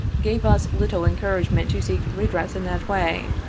gave us little encouragement to seek redress in that way,